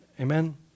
Amen